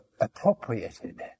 appropriated